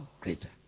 greater